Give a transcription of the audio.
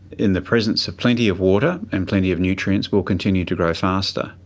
in the presence of plenty of water and plenty of nutrients, will continue to grow faster.